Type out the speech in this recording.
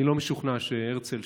אני לא משוכנע שהרצל,